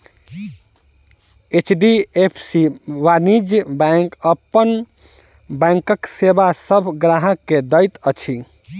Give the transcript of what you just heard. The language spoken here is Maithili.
एच.डी.एफ.सी वाणिज्य बैंक अपन बैंकक सेवा सभ ग्राहक के दैत अछि